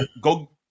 Go